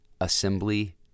assembly